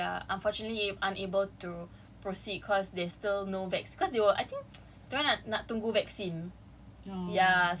then they sent out email lah they said like oh like ya unfortunately unable to proceed cause there's still no vac~ cause they were I think